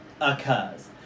occurs